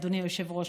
אדוני היושב-ראש,